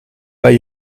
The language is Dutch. bij